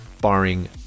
barring